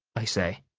i say.